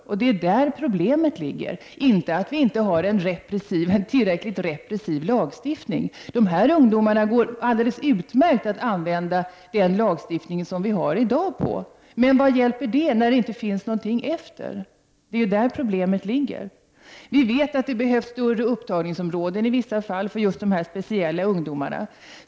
Och det är där problemet ligger, inte att vi inte har en tillräckligt repressiv lagstiftning. Det går alldeles utmärkt att använda den lagstiftning som vi i dag har på dessa ungdomar. Men vad hjälper det när det inte sker något efter. Det är ju där problemet ligger. Vi vet att det i vissa fall behövs större upptagningsområden för just dessa speciella ungdomar.